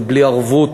זה בלי ערבות,